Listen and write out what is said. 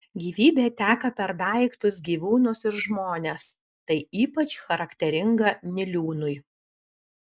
gyvybė teka per daiktus gyvūnus ir žmones tai ypač charakteringa niliūnui